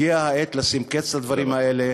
הגיעה העת לשים קץ לדברים האלה,